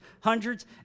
hundreds